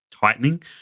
tightening